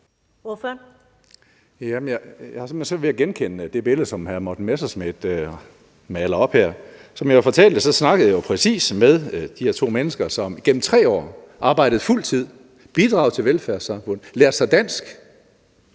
hen svært ved at genkende det billede, som hr. Morten Messerschmidt maler op her. Som jeg fortalte, snakkede jeg jo præcis med de her to mennesker, som i 3 år har arbejdet på fuld tid, har bidraget til velfærdssamfundet, har lært sig dansk,